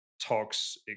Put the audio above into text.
talks